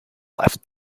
left